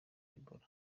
ebola